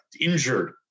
injured